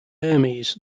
hermes